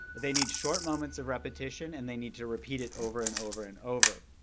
they need short moments of repetition, and they need to repeat it over and over and over.